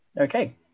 Okay